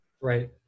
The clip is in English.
Right